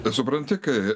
bet supranti kai